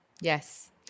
Yes